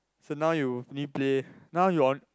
so now you only play now you on